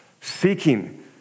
seeking